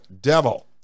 devil